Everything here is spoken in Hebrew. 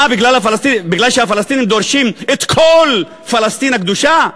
מה, מפני שהפלסטינים דורשים את כל פלסטין הקדושה?